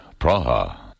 Praha